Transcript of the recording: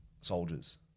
soldiers